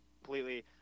Completely